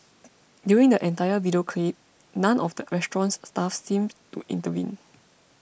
during the entire video clip none of the restaurant's staff seemed to intervene